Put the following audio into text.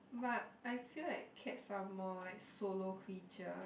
but I feel like cats are more like solo creature